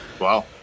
wow